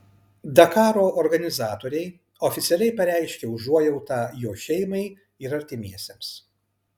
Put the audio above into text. dakaro organizatoriai oficialiai pareiškė užuojautą jo šeimai ir artimiesiems